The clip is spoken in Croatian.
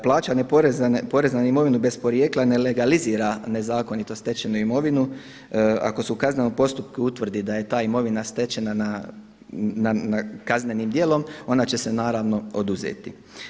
Plaćanje poreza na imovinu bez porijekla ne legalizira nezakonito stečenu imovinu ako se u kaznenom postupku utvrdi da je ta imovina stečena na kaznenim djelom, ona će se oduzeti.